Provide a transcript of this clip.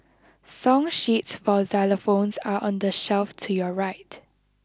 song sheets for xylophones are on the shelf to your right